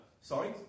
Sorry